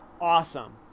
awesome